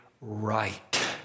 right